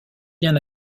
bien